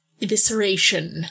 evisceration